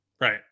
Right